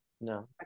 no